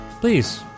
please